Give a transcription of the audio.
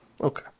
Okay